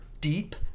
deep